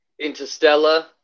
interstellar